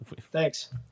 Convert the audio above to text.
Thanks